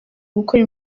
gukora